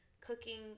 cooking